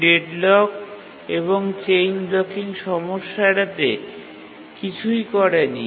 deadlock এবং chain blocking সমস্যা এড়াতে এটি কিছুই করেনি